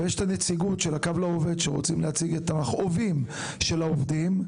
ויש הנציגות של הקו לעובד שרוצים להציג את המכאובים של העובדים.